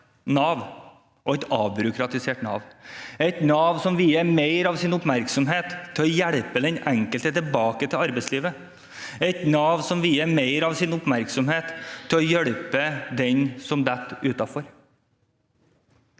Nav og et avbyråkratisert Nav, et Nav som vier mer av sin oppmerksomhet til å hjelpe den enkelte tilbake til arbeidslivet, og et Nav som vier mer av sin oppmerksomhet til å hjelpe den som detter utenfor.